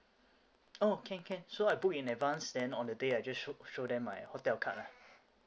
oh can can so I book in advance then on the day I just show show them my hotel card lah